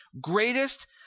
greatest